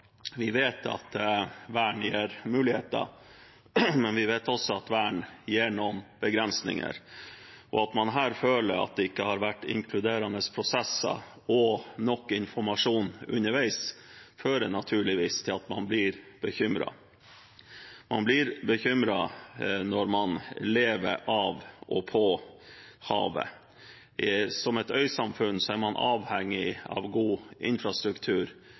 Vi vet at vern gir muligheter, men vi vet også at vern gir noen begrensninger. At man her føler at det ikke har vært inkluderende prosesser og nok informasjon underveis, fører naturligvis til at man blir bekymret. Man blir bekymret når man lever av og på havet. Som øysamfunn er man avhengig av god infrastruktur.